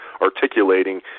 articulating